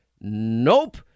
Nope